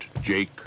Jake